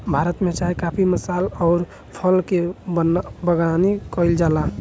भारत में चाय काफी मसाल अउर फल के बगानी कईल जाला